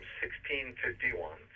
1651